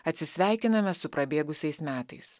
atsisveikiname su prabėgusiais metais